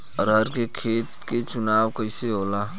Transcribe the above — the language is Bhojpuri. अरहर के खेत के चुनाव कइसे होला?